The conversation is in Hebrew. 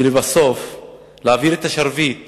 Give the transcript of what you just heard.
ולבסוף להעביר את השרביט